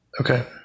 Okay